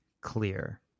clear